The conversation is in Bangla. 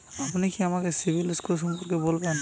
আপনি কি আমাকে সিবিল স্কোর সম্পর্কে বলবেন?